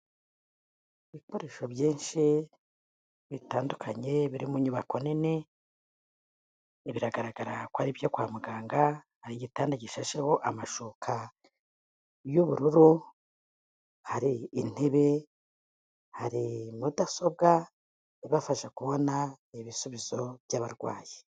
Ibikoresho byinshi bitandukanye biri mu nyubako nini, biragaragara ko ari ibyo kwa muganga. Hari igitanda gishaho amashuka y'ubururu, hari intebe, hari mudasobwa ibafasha kubona ibisubizo by'abarwayi.